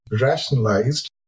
rationalized